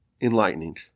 enlightening